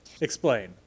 Explain